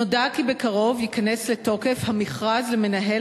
נודע כי בקרוב ייכנס לתוקף המכרז למנהל